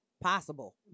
possible